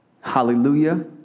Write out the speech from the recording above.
Hallelujah